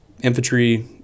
infantry